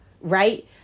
right